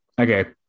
Okay